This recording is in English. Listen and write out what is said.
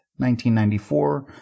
1994